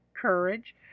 courage